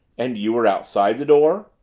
and you were outside the door?